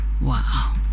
Wow